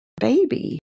baby